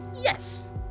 yes